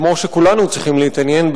כמו שכולנו צריכים להתעניין,